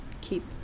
keep